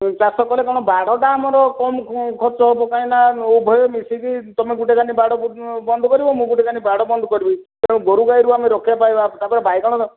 ଚାଷ କଲେ କଣ ବାଡ଼ଟା ଆମର କମ ଖର୍ଚ୍ଚ ହେବ କାହିଁକି ନା ଉଭୟ ମିଶିକି ତମେ ଗୋଟେ ଦାନି ବାଡ଼ ବନ୍ଦ କରିବ ମୁଁ ଗୋଟେ ଦାନି ବାଡ଼ ବନ୍ଦ କରିବି ଗୋରୁ ଗାଈରୁ ଆମେ ରକ୍ଷା ପାଇବା ତାପରେ ବାଇଗଣ